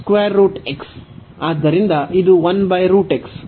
square root x